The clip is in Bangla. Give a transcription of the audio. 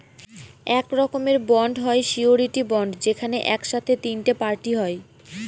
এক রকমের বন্ড হয় সিওরীটি বন্ড যেখানে এক সাথে তিনটে পার্টি হয়